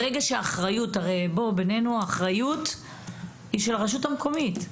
כי בינינו, האחריות היא של הרשות המקומית,